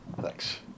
Thanks